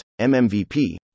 MMVP